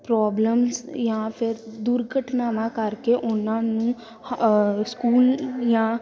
problems ਜਾਂ ਫਿਰ ਦੁਰਘਟਨਾਵਾਂ ਕਰਕੇ ਉਹਨਾਂ ਨੂੰ ਸਕੂਲ ਜਾਂ